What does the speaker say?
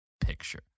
picture